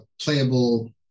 playable